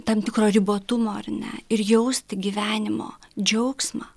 tam tikro ribotumo ar ne ir jausti gyvenimo džiaugsmą